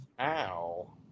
Ow